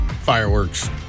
fireworks